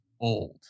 old